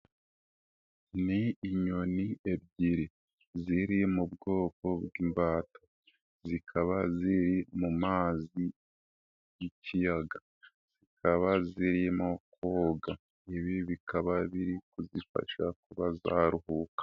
Ni inyoni ebyiri. Ziri mu bwoko bw'imbata. Zikaba ziri mu mazi y'ikiyaga. Zikaba zirimo koga. Ibi bikaba biri kuzifasha kuba zaruhuka.